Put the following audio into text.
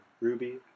Ruby